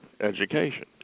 education